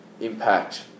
impact